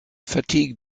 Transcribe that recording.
fatigue